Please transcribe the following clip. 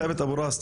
מר אבו ראס,